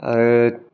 आरो